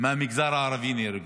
מהמגזר הערבי נהרגו.